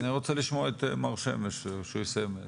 אני רוצה לשמוע את מר שמש שהוא יסיים,